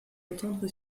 entendre